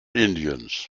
indiens